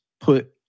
put